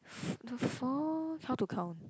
f~ the how to count